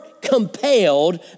compelled